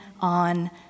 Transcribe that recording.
on